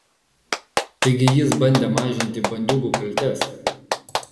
taigi jis bandė mažinti bandiūgų kaltes